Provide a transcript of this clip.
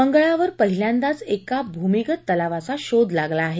मंगळावर पहिल्यादाच एका भूमीगत तलावाचा शोध लागला आहे